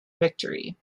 victory